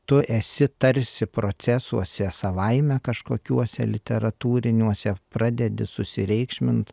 tu esi tarsi procesuose savaime kažkokiuose literatūriniuose pradedi susireikšmint